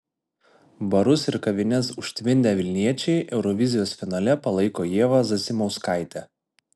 barus ir kavines užtvindę vilniečiai eurovizijos finale palaiko ievą zasimauskaitę